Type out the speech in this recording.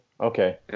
Okay